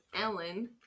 Ellen